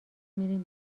میریم